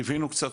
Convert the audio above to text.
ליוונו קצת,